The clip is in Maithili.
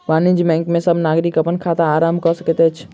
वाणिज्य बैंक में सब नागरिक अपन खाता आरम्भ कय सकैत अछि